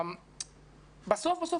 בסוף-בסוף,